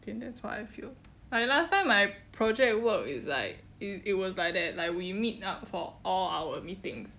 then that's what I feel like last time my project work is like it it was like that like we meet up for all our meetings